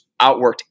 outworked